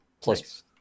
plus